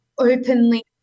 openly